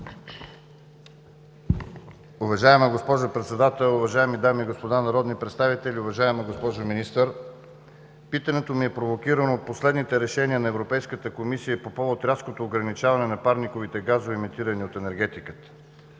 Уважаема госпожо председател, уважаеми дами и господа народни представители, уважаеми госпожо министър! Питането ми е провокирано от последните решения на Европейската комисия по повод рязкото ограничаване на парниковите газове, емитирани от енергетиката.